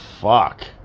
fuck